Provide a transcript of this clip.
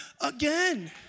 again